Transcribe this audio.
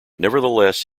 nevertheless